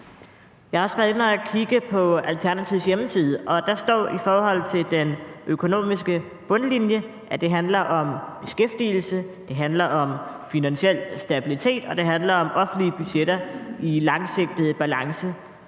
Jeg har også været inde at kigge på Alternativets hjemmeside, og der står i forhold til den økonomiske bundlinje, at det handler om beskæftigelse, det handler om finansiel stabilitet, og det handler om offentlige budgetter i langsigtet balance.